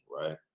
Right